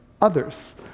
others